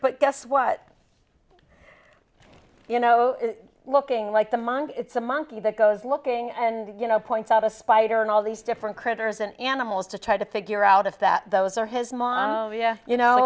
but guess what you know looking like the monkey it's a monkey that goes looking and points out a spider and all these different critters and animals to try to figure out if that those are his mom you know